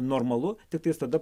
normalu tiktais tada